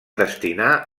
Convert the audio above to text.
destinar